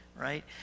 right